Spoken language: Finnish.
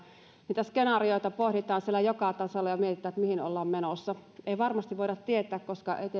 niitä skenaarioita pohditaan siellä joka tasolla ja mietitään että mihin ollaan menossa ei varmasti voida tietää koska ei tiedetä